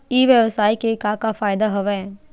ई व्यवसाय के का का फ़ायदा हवय?